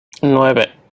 nueve